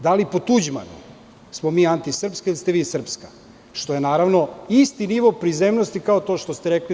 Da li po Tuđmanu smo mi antisrpska ili ste vi srpska, što je, naravno, isti nivo prizemnosti kao to što ste rekli DS?